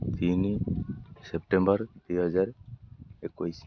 ତିନି ସେପ୍ଟେମ୍ବର ଦୁଇହଜାର ଏକୋଇଶ